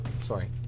Sorry